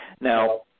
Now